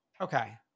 Okay